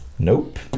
Nope